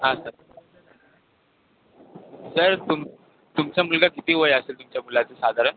हां sir sir तुम तुमचा मुलगा किती वय असेल तुमच्या मुलाचं साधारण